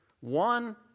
one